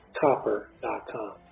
copper.com